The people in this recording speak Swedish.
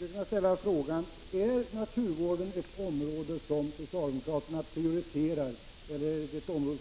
Låt mig ställa frågan: Är naturvården ett område som socialdemokraterna prioriterar eller inte?